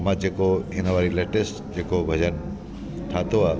मां जेको हिन बारी लेटेस्ट जेको भॼन ठातो आहे